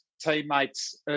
teammates